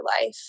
life